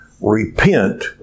Repent